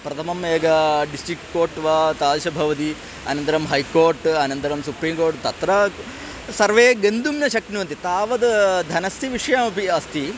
प्रथमम् एकं district court वा तादृशं भवति अनन्तरं है कोर्ट् अनन्तरं सुप्रीम् कोर्ट् तत्र सर्वे गन्तुं न शक्नुवन्ति तावद् धनस्य विषयोऽपि अस्ति